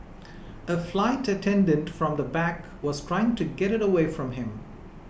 a flight attendant from the back was trying to get it away from him